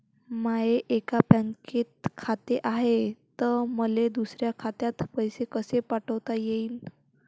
माय एका बँकेत खात हाय, त मले दुसऱ्या खात्यात पैसे कसे पाठवता येईन?